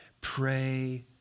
Pray